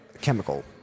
chemical